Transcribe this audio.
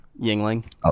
Yingling